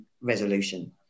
resolution